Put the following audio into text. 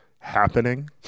happening